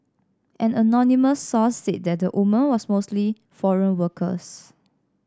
an anonymous source said that the women was mostly foreign workers